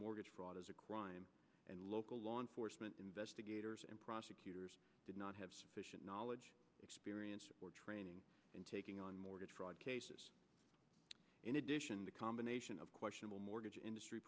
mortgage fraud is a crime and local law enforcement investigators and prosecutors did not have sufficient knowledge experience or training in taking on mortgage fraud cases in addition the combination of questionable mortgage industry